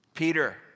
Peter